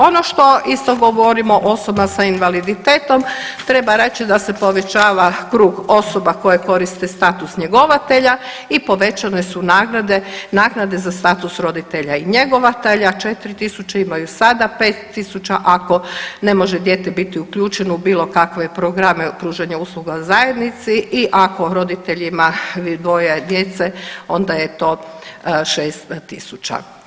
Ono što isto govorimo osoba sa invaliditetom, treba reći da se povećava krug osoba koje koriste status njegovatelja i povećane su naknade za status roditelja i njegovatelja 4.000 imaju sada, 5.000 ako ne može dijete biti uključeno u bilo kakve programe pružanja usluga zajednici i ako roditeljima dvoje djece onda je to 6.000.